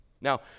Now